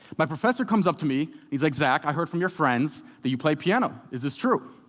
my professor comes up to me, he's like, zach, i heard from your friends that you play piano. is this true?